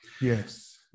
Yes